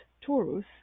Taurus